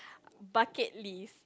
bucket list